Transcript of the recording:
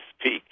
speak